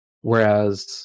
whereas